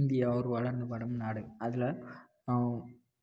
India ஒரு வளர்ந்து வரும் நாடு அதில்